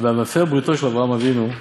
והמפר בריתו של אברהם אבינו,